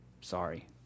Sorry